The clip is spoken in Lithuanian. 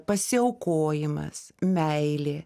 pasiaukojimas meilė